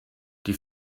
die